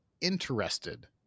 interested